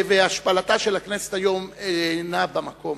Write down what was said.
והשפלתה של הכנסת היום אינה במקום,